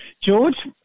George